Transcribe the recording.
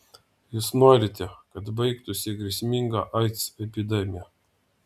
jūs norite kad baigtųsi grėsminga aids epidemija